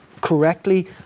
correctly